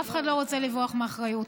אף אחד לא רוצה לברוח מאחריות.